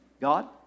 God